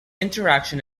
interaction